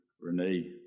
Renee